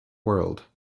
world